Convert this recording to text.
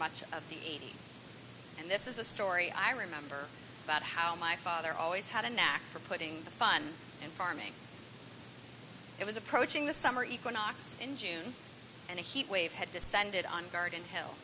much of the eighty's and this is a story i remember about how my father always had a knack for putting the fun in farming it was approaching the summer equinox in june and a heat wave had descended on garden hill